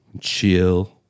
chill